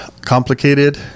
complicated